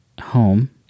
home